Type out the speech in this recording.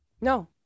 No